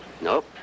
nope